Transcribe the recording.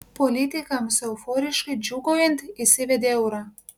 politikams euforiškai džiūgaujant įsivedė eurą